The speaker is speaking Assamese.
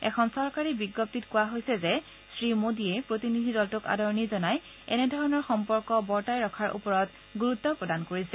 এখন চৰকাৰী বিজ্ঞপ্তিত কোৱা হৈছে যে শ্ৰী মোডীয়ে প্ৰতিনিধি দলটোক আদৰণি জনাই এনেধৰণৰ সম্পৰ্ক বৰ্তাই ৰখাৰ ওপৰত গুৰুত্ব প্ৰদান কৰিছে